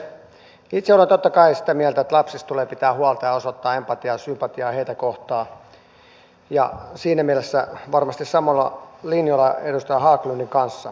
itse olen totta kai sitä mieltä että lapsista tulee pitää huolta ja osoittaa empatiaa ja sympatiaa heitä kohtaan ja siinä mielessä olen varmasti samoilla linjoilla edustaja haglundin kanssa